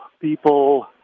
people